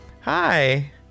Hi